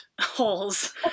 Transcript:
holes